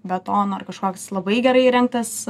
betono ar kažkoks labai gerai įrengtas